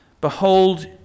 Behold